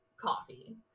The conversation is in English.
coffee